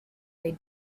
they